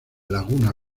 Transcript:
laguna